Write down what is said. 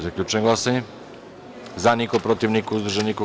Zaključujem glasanje: za – niko, protiv – niko, uzdržanih – nema.